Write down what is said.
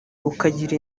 ukagira